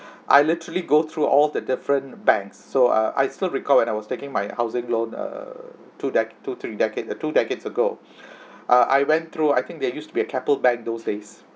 I literally go through all the different bank so uh I still recall when I was taking my housing loan err two dec~ two three decade uh two decades ago uh I went through I think they used to be a Keppel bank those days